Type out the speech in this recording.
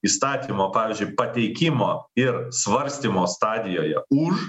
įstatymo pavyzdžiui pateikimo ir svarstymo stadijoje už